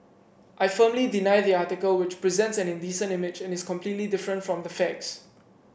I firmly deny the article which presents an indecent image and is completely different from the facts